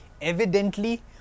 evidently